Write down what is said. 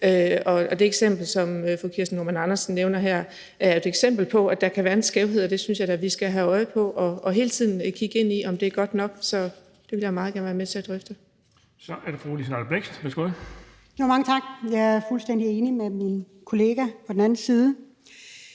Det eksempel, som fru Kirsten Normann Andersen nævner her, er et eksempel på, at der kan være en skævhed, og det synes jeg da vi skal have øje på og hele tiden kigge ind i, om det er godt nok. Så det vil jeg meget gerne være med til at drøfte. Kl. 10:32 Den fg. formand (Erling Bonnesen): Så er det fru Liselott Blixt. Værsgo. Kl. 10:32 Liselott Blixt (DF): Mange tak. Jeg er fuldstændig enig med min kollega på den anden side